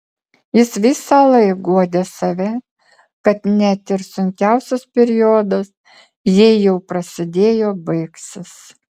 jis visąlaik guodė save kad net ir sunkiausias periodas jei jau prasidėjo baigsis